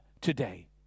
today